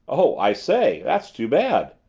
oh, i say! that's too bad.